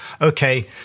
okay